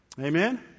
Amen